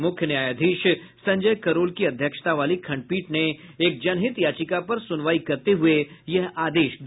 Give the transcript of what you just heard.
मुख्य न्यायाधीश संजय करोल की अध्यक्षता वाली खंडपीठ ने एक जनहित याचिका पर सुनवाई करते हुए यह आदेश दिया